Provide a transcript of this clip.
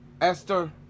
Esther